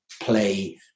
play